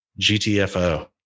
GTFO